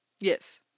Yes